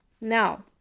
Now